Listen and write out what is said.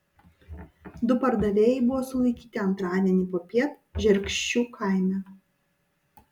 du pardavėjai buvo sulaikyti antradienį popiet žerkščių kaime